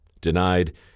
denied